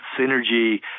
synergy